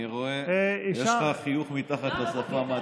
אני רואה שיש לך חיוך מתחת לשפם.